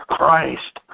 Christ